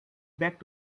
back